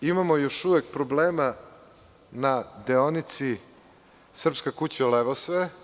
Imamo još uvek problema na deonici Srpska kuća-Levosoje.